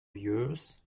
yours